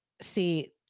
See